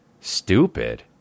stupid